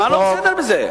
מה לא בסדר בזה?